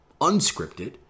unscripted